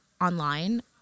online